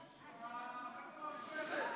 החבר'ה במרפסת.